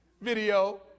video